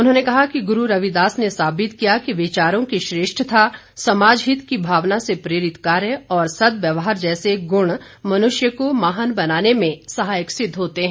उन्होंने कहा कि गुरु रविदास ने साबित किया कि विचारों की श्रेष्ठता समाजहित की भावना से प्रेरित कार्य और सद्व्यवहार जैसे गुण मनुष्य को महान बनाने में सहायक सिद्व होते हैं